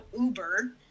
Uber